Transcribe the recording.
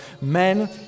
men